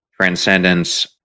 transcendence